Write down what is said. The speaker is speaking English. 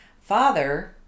father